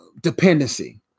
dependency